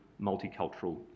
multicultural